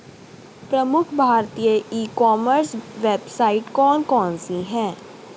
प्रमुख भारतीय e commerce website कौन कौन सी हैं?